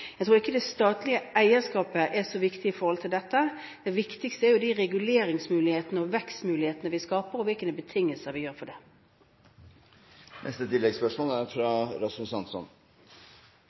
Jeg tror ikke det statlige eierskapet er så viktig når det gjelder dette. Det viktigste er de reguleringsmulighetene og vekstmulighetene vi skaper, og hvilke betingelser vi setter for